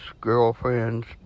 girlfriends